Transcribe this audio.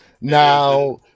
Now